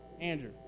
Andrew